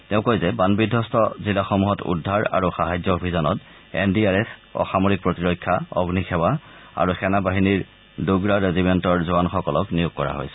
তেওঁ কয় যে বানবিধবস্ত জিলাসমূহত উদ্ধাৰ আৰু সাহায্য অভিযানত এন ডি আৰ এফ অসামৰিক প্ৰতিৰক্ষা অগ্নিসেৱা আৰু সেনা বাহিনীৰ ডোগৰা ৰেজিমেণ্টৰ জোৱানসকলক নিয়োগ কৰা হৈছে